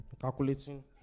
calculating